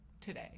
today